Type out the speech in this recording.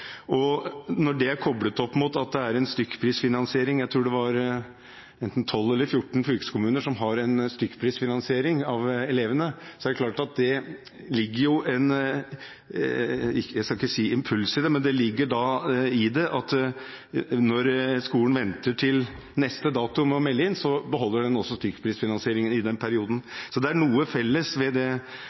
Og når det er koblet opp mot at det er en stykkprisfinansiering – jeg tror det var enten 12 eller 14 fylkeskommuner som hadde en stykkprisfinansiering av elevene – så ligger det jo der, jeg skal ikke si en impuls til å vente, men når skolen venter til neste dato med å melde inn, så beholder den også stykkprisfinansieringen i den perioden. Så det er noe felles ved det